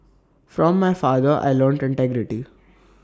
from my father I learnt integrity